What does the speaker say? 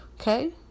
Okay